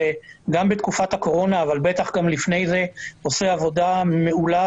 שגם בתקופת הקורונה אבל בטח גם לפני כן עושה עבודה מעולה